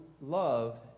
love